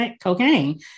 cocaine